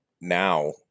now